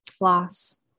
loss